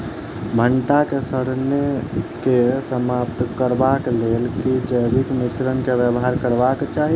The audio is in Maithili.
भंटा केँ सड़न केँ समाप्त करबाक लेल केँ जैविक मिश्रण केँ व्यवहार करबाक चाहि?